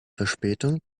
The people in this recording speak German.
verspätung